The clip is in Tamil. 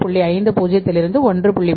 50 இலிருந்து 1